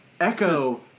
Echo